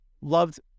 loved